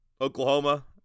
Oklahoma